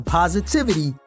positivity